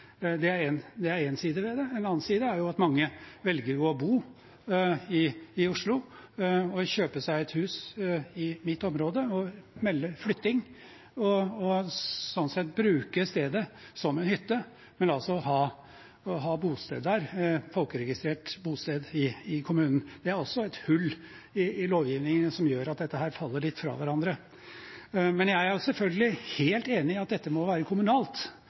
Det er én side ved det. En annen side er at mange velger å bo i Oslo og kjøpe seg et hus i mitt område og melde flytting, og sånn sett bruke stedet som en hytte, men altså ha folkeregistrert bosted i kommunen. Det er også et hull i lovgivningen som gjør at dette faller litt fra hverandre. Men jeg er selvfølgelig helt enig i at dette må være kommunalt